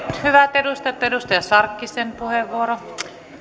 hyvät edustajat on edustaja sarkkisen puheenvuoro